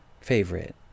favorite